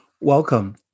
Welcome